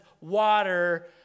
water